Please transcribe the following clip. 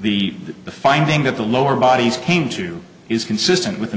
the the finding that the lower bodies came to is consistent with